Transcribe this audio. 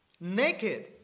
naked